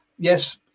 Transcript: Yes